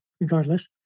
regardless